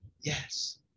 yes